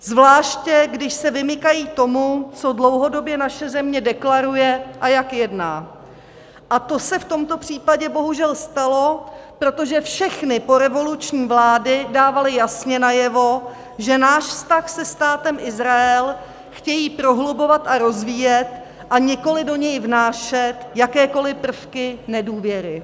Zvláště když se vymykají tomu, co dlouhodobě naše země deklaruje a jak jedná, a to se v tomto případě bohužel stalo, protože všechny porevoluční vlády dávaly jasně najevo, že náš vztah se Státem Izrael chtějí prohlubovat a rozvíjet, a nikoliv do něj vnášet jakékoli prvky nedůvěry.